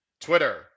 twitter